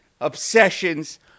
obsessions